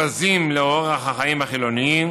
בזים לאורח החיים החילוני,